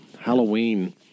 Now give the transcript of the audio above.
Halloween